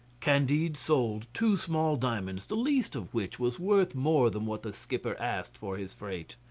candide sold two small diamonds, the least of which was worth more than what the skipper asked for his freight.